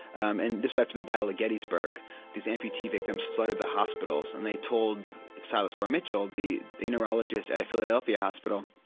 um and this was after the battle of gettysburg these amputee victims flooded the hospitals and they told silas weir mitchell, the the neurologist at a philadelphia hospital,